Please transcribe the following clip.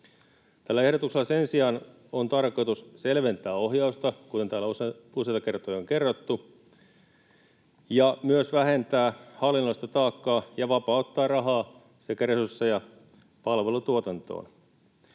Tällä ehdotuksella sen sijaan on tarkoitus selventää ohjausta, kuten täällä on useita kertoja kerrottu, ja myös vähentää hallinnollista taakkaa ja vapauttaa rahaa sekä resursseja palvelutuotantoon.